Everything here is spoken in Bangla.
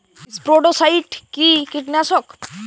স্পোডোসাইট কি কীটনাশক?